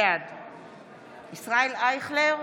בעד ישראל אייכלר,